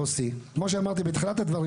כמו שאמרתי בתחילת הדברים